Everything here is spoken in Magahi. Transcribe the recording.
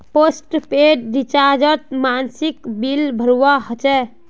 पोस्टपेड रिचार्जोत मासिक बिल भरवा होचे